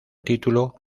título